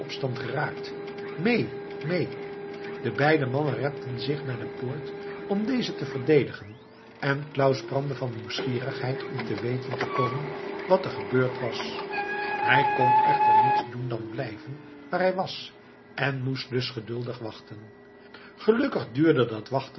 opstand geraakt mee mee de beide mannen repten zich naar de poort om deze te verdedigen en claus brandde van nieuwsgierigheid om te weten te komen wat er gebeurd was hij kon echter niets doen dan blijven waar hij was en moest dus geduldig wachten gelukkig duurde dat wachten